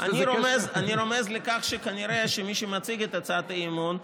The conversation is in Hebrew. אני רומז לכך שכנראה שמי שמציג את הצעת האי-אמון,